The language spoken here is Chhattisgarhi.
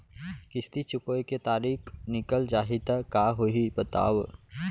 किस्ती चुकोय के तारीक निकल जाही त का होही बताव?